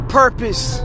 purpose